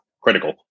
critical